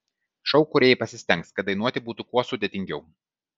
šou kūrėjai pasistengs kad dainuoti būtų kuo sudėtingiau